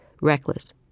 reckless